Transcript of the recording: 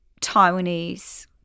Taiwanese